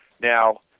Now